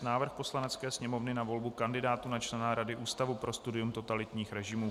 Návrh Poslanecké sněmovny na volbu kandidátů na člena Rady Ústavu pro studium totalitních režimů